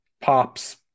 pops